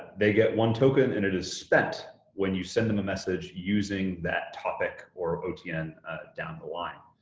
they get one token, and it is spent when you send them a message using that topic or otn ah down the line.